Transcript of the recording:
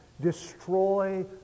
destroy